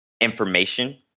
information